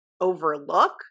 overlook